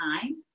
time